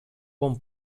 bon